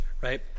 right